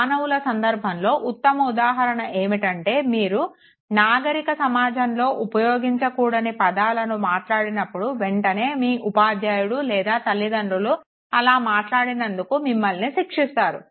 మానవుల సంధరభంలో ఉత్తమ ఉదాహరణ ఏమిటంటే మీరు నాగరిక సమాజంలో ఉపయోగించకూడని పదాలను మాట్లాడినప్పుడు వెంటనే మీ ఉపాధ్యాయుడు లేదా తల్లితండ్రులు అలా మాట్లాడినందుకు మీమల్ని శిక్షిస్తారు